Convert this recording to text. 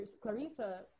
Clarissa